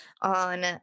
on